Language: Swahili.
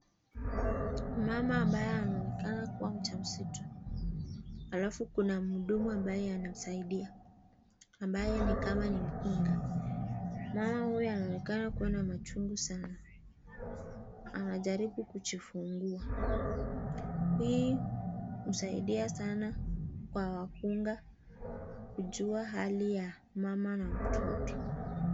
Mama ambaye anaonekana kuwa mjamzito, halafu kuna mhudumu ambaye anamsaidia ,ambaye ni kama ni mkunga . Mama huyu anaonekana kuwa na machungu sana, anajaribu kujifungua. Hii husaidia sana kwa wakunga kujua hali ya mama na mtoto.